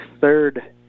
third